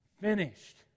finished